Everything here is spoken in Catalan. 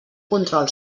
control